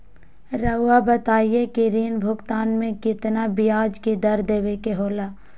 रहुआ बताइं कि ऋण भुगतान में कितना का ब्याज दर देवें के होला?